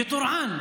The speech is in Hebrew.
בטורעאן?